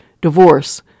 divorce